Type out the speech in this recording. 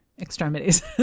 extremities